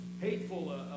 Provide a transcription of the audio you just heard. hateful